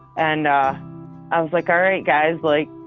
and i was like, alright guys, like,